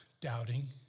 doubting